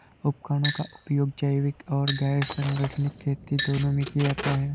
उपकरणों का उपयोग जैविक और गैर संगठनिक खेती दोनों में किया जाता है